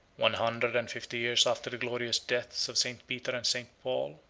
one hundred and fifty years after the glorious deaths of st. peter and st. paul,